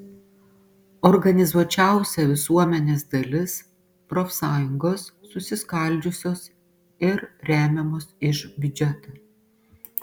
organizuočiausia visuomenės dalis profsąjungos susiskaldžiusios ir remiamos iš biudžeto